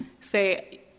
say